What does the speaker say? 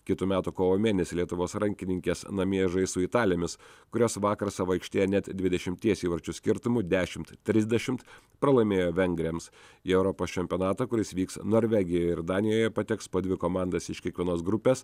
kitų metų kovo mėnesį lietuvos rankininkės namie žais su italėmis kurios vakar savo aikštėje net dvidešimties įvarčių skirtumu dešimt trisdešimt pralaimėjo vengrėms į europos čempionatą kuris vyks norvegijoje ir danijoje pateks po dvi komandas iš kiekvienos grupės